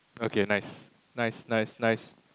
okay nice nice nice nice